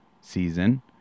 season